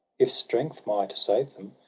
if strength might save them,